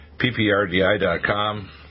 PPRDI.com